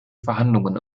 verhandlungen